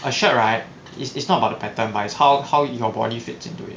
her shirt right is is not about the pattern by how how your body fits in to it